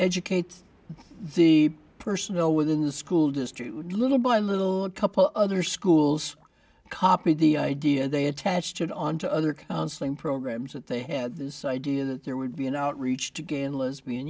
educate the personnel within the school district little by little a couple other schools copy the idea they attach to it on to other counseling programs that they had this idea that there would be an outreach to gay and lesbian